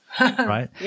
right